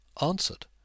answered